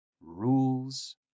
rules